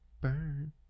burn